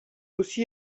aussi